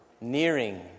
nearing